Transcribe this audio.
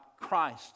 Christ